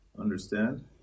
Understand